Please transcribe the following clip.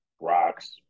rocks